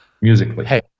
musically